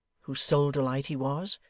whose sole delight he was,